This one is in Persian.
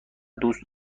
دوست